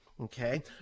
Okay